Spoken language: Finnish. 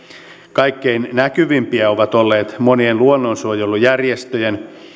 kaikkein näkyvimpiä ovat olleet monien luonnonsuojelujärjestöjen